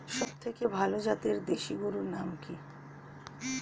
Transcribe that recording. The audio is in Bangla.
সবথেকে ভালো জাতের দেশি গরুর নাম কি?